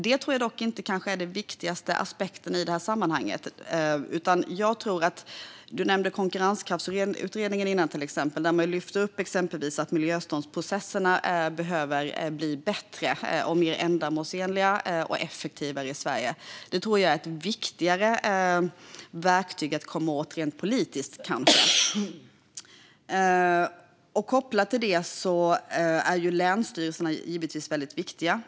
Det tror jag dock kanske inte är den viktigaste aspekten i detta sammanhang. Magnus Oscarsson nämnde Konkurrenskraftsutredningen. Där lyfte man exempelvis fram att miljötillståndsprocesserna behöver bli bättre, mer ändamålsenliga och effektivare i Sverige. Det tror jag kan vara ett viktigare verktyg att komma åt rent politiskt. Kopplat till det är länsstyrelserna givetvis väldigt viktiga.